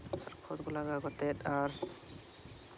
ᱠᱷᱚᱛ ᱠᱚ ᱞᱟᱜᱟᱣ ᱠᱟᱛᱮ ᱟᱨ